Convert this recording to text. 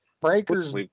Breakers